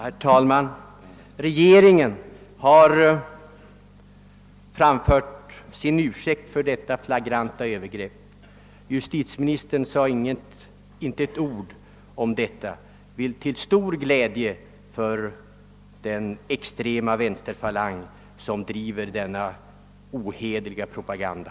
Herr talman! Regeringen har framfört sin ursäkt för detta flagranta övergrepp. Justitieministern sade inte ett ord härom till — förmodar jag — stor glädje för den extrema vänsterfalang som driver ohederlig propaganda.